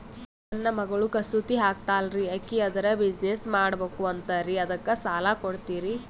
ನನ್ನ ಮಗಳು ಕಸೂತಿ ಹಾಕ್ತಾಲ್ರಿ, ಅಕಿ ಅದರ ಬಿಸಿನೆಸ್ ಮಾಡಬಕು ಅಂತರಿ ಅದಕ್ಕ ಸಾಲ ಕೊಡ್ತೀರ್ರಿ?